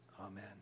Amen